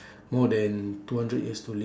more than two hundred years to liv~